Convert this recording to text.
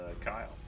Kyle